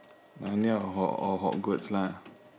narnia hog~ or hogwarts lah